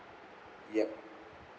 yup